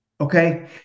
Okay